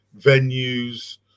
venues